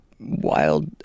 Wild